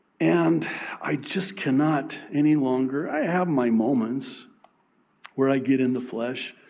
and i just cannot any longer, i have my moments where i get in the flesh.